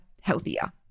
healthier